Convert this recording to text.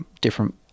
different